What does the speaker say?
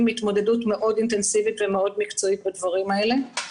התמודדות מאוד אינטנסיבית ומאוד מקצועית בדברים האלה.